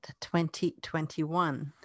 2021